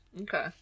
okay